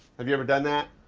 have you ever done that?